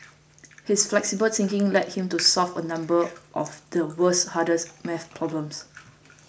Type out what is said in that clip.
his flexible thinking led him to solve a number of the world's hardest math problems